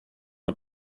the